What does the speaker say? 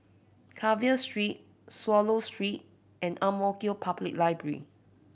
Carver Street Swallow Street and Ang Mo Kio Public Library